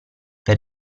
per